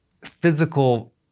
physical